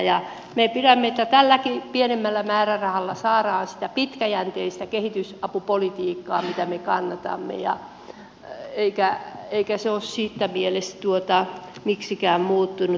me pidämme että tälläkin pienemmällä määrärahalla saadaan sitä pitkäjänteistä kehitysapupolitiikkaa mitä me kannatamme eikä se ole siinä mielessä miksikään muuttunut